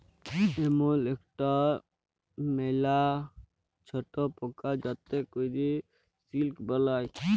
ইমল ইকটা ম্যালা ছট পকা যাতে ক্যরে সিল্ক বালাই